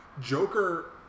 Joker